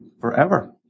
forever